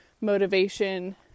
motivation